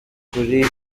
kuri